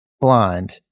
blind